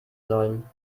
sollen